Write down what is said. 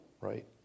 right